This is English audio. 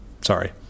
Sorry